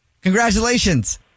Congratulations